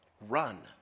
Run